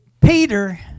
Peter